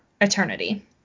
eternity